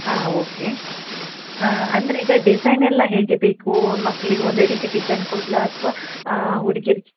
ಹಾಂ ಓಕೆ ಅಂದರೆ ಈಗ ಡಿಸೈನ್ ಎಲ್ಲ ಹೇಗೆ ಬೇಕು ಮಕ್ಕಳಿಗೆ ಒಂದೇ ರೀತಿ ಡಿಸೈನ್ ಕೊಡ್ಲ ಅಥ್ವ ಹುಡ್ಗಿರು